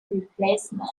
replacement